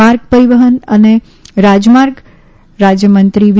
માર્ગ પરિવહન અને રાજમાર્ગ રાજ્યમંત્રી વી